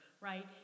right